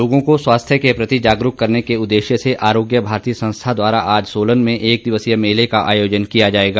लोगों को स्वास्थ्य के प्रति जागरूक करने के उददेश्य से आरोग्य भारतीय संस्था द्वारा आज सोलन में एक दिवसीय मेले का आयोजन किया जाएगा